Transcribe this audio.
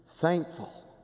thankful